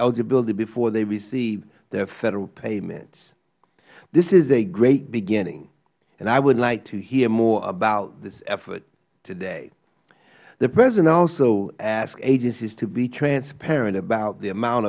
eligibility before they receive their federal payments this is a great beginning and i would like to hear more about this effort today the president also asked agencies to be transparent about the amount